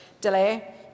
delay